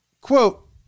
quote